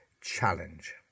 challenge